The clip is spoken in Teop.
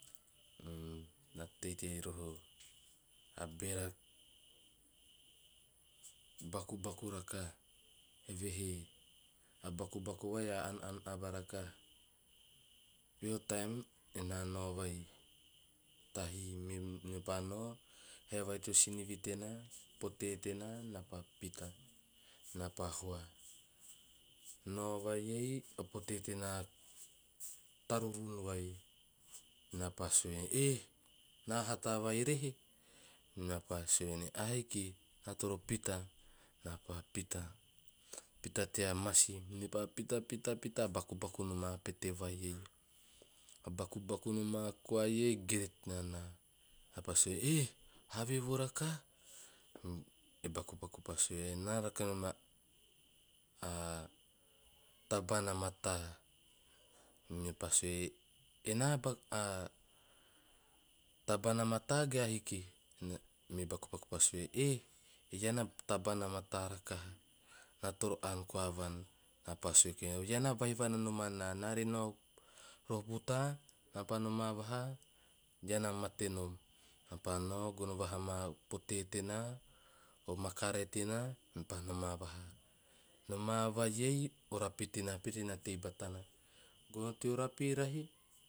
Na teitei roho a bera, bakubaku rakaha, evehe a bakubaku vai a aan aan ava rakaha. Peho taem ena nao vai tahi me- mepa nao hae vai teo sinivi tena potee tenaa na pa pita na pa hua. Nao vai ei o potee tena taurun vai, na pa sue "eh na hata vai rehe" na pa sue nehe "ahaiki na toro pita." Na pa pita tea masi, na pita pita pita pita bakubaku noma pete vai ei, a bakubaku noma kooi ei gereta ana na pa sue "eh havevo rakaha?" E bakubaku pa sue "nana rake nom a- a tabaan a mataa." Mepaa sue "ena tabaan a mata ge ahiki?" Me bakubaku pa sue "eh ean a taban a mataa rakaha na toro aan koa van." Na pa sue keve "ean a vai vana nom a nana nare noa roputa apa noma vaha dia na mate nom, a vano guna vaha mau potee tena, o makaree tena pa noma vaha, noma va ei, ora pitina pitina tei batana, goa tea ra pirahi